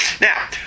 Now